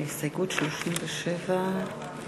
להזכירכם, הצבענו